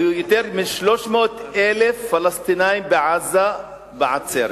יותר מ-300,000 פלסטינים בעצרת